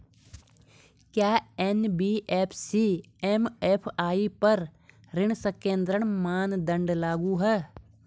क्या NBFC MFI पर ऋण संकेन्द्रण मानदंड लागू हैं?